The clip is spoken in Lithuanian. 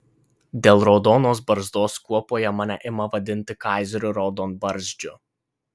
dėl raudonos barzdos kuopoje mane ima vadinti kaizeriu raudonbarzdžiu